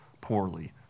poorly